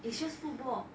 it's just football